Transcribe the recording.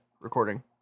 recording